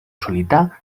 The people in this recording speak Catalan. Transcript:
solità